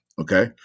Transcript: okay